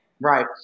Right